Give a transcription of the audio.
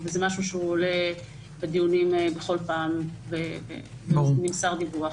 זה משהו שעולה בדיונים בכל פעם כשנמסר דיווח.